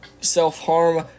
self-harm